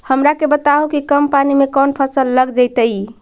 हमरा के बताहु कि कम पानी में कौन फसल लग जैतइ?